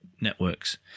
networks